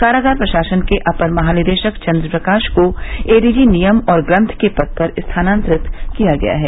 कारागार प्रशासन के अपर महानिदेशक चन्द्र प्रकाश को एडीजी नियम और ग्रन्थ के पद पर स्थानांतरित किया गया है